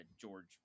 George